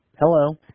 Hello